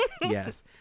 yes